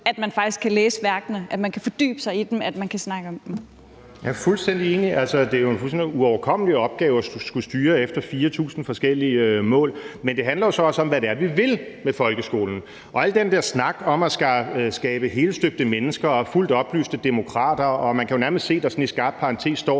man kan snakke om dem. Kl. 20:09 Anden næstformand (Jeppe Søe): Ordføreren. Kl. 20:09 Morten Messerschmidt (DF): Jeg er fuldstændig enig. Det er en fuldstændig uoverkommelig opgave at skulle styre efter 4.000 forskellige mål. Men det handler så også om, hvad vi vil med folkeskolen, og al den der snak om at skabe helstøbte mennesker og fuldt oplyste demokrater, og man kan jo nærmest se, at der i skarp parentes står